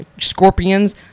scorpions